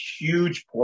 huge